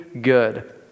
good